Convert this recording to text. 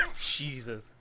Jesus